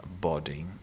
body